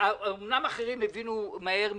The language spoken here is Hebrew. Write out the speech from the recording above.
אומנם אחרים הבינו מהר ממני,